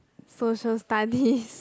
Social Studies